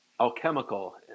alchemical